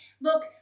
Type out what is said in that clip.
Look